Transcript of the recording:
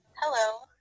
Hello